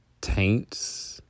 taints